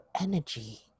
energy